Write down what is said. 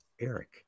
eric